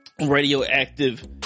radioactive